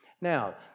Now